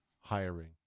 hiring